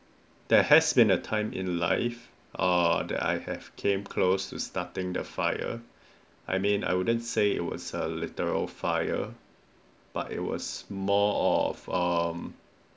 that has been a time in life err that I have came close to starting the fire I mean I wouldn't say it was a little fire but it was more of um